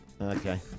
Okay